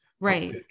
right